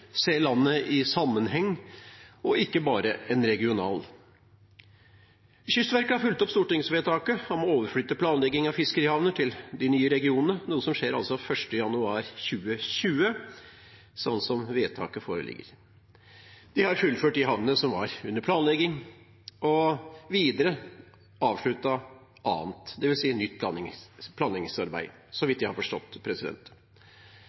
se landet i en nasjonal sammenheng og ikke bare en regional. Kystverket har fulgt opp stortingsvedtaket om å overflytte planlegging av fiskerihavner til de nye regionene, noe som altså skjer 1. januar 2020, sånn som vedtaket foreligger. De har fullført de havnene som var under planlegging, og videre avsluttet annet, det vil si nytt, planleggingsarbeid, så